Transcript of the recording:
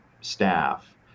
staff